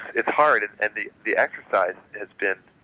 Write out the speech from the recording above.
it's hard and and the the exercise has been,